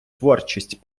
творчість